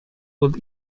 would